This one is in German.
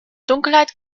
dunkelheit